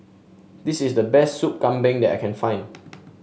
this is the best Soup Kambing that I can find